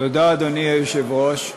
אדוני היושב-ראש,